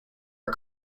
are